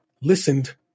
listened